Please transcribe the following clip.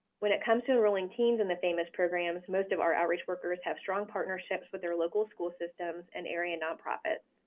when it comes to enrolling teens in the famis programs, most of our outreach workers workers have strong partnerships with their local school systems and area nonprofits.